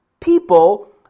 people